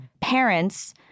parents—